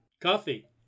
Coffee